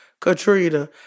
Katrina